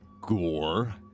gore